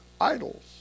idols